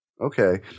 Okay